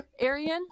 Arian